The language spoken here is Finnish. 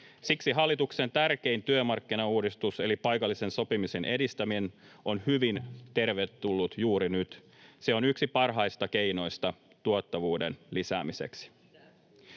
Siksi hallituksen tärkein työmarkkinauudistus, eli paikallisen sopimisen edistäminen, on hyvin tervetullut juuri nyt. Se on yksi parhaista keinoista tuottavuuden lisäämiseksi.